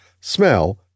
smell